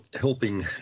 helping